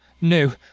No